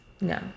No